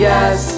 Yes